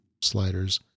Sliders